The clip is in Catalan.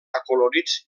acolorits